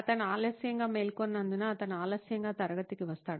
అతను ఆలస్యంగా మేల్కొన్నందున అతను ఆలస్యంగా తరగతికి వస్తాడు